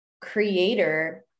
creator